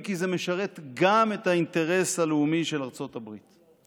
כי זה משרת גם את האינטרס הלאומי של ארצות הברית.